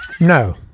no